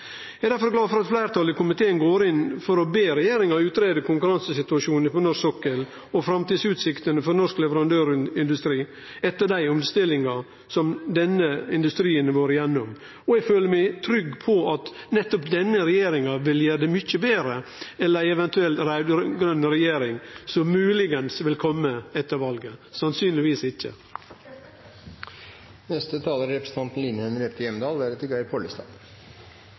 Eg er difor glad for at fleirtalet i komiteen går inn for å be regjeringa greie ut konkurransesituasjonen på norsk sokkel og framtidsutsiktene for norsk leverandørindustri etter omstillingane denne industrien har vore gjennom, og eg føler meg trygg på at nettopp denne regjeringa vil gjere det mykje betre enn ei eventuell raud-grøn regjering som moglegvis vil kome etter valet – sannsynlegvis